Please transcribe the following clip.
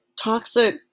toxic